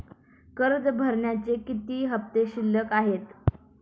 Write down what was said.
कर्ज भरण्याचे किती हफ्ते शिल्लक आहेत?